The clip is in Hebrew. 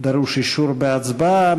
דרוש אישור בהצבעה.